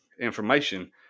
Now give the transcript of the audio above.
information